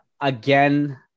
again